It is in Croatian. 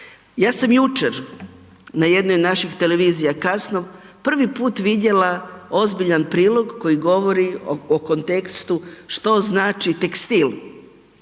Ja sam jučer na jednoj našoj televizija kasno prvi put vidjela ozbiljan prilog koji govori o kontekstu što znači tekstil